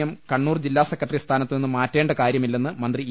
M Kannur ജില്ലാസെക്രട്ടറി സ്ഥാനത്തുനിന്ന് മാറ്റേണ്ട കാര്യമില്ലെന്ന് മന്ത്രി ഇ